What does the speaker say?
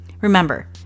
Remember